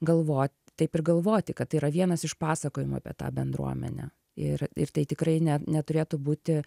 galvo taip ir galvoti kad tai yra vienas iš pasakojimų apie tą bendruomenę ir ir tai tikrai ne neturėtų būti